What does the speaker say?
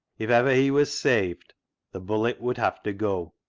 if ever he was saved the bullet would have to go,